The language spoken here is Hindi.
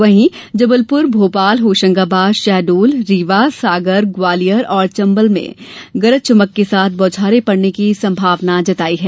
वहीं जबलपुर भोपाल होशंगाबाद शहडोल रीवा सागर ग्वालियर और चम्बल में गरज चमक के साथ बौछारें पड़ने की सम्भावना जताई है